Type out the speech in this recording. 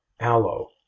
aloe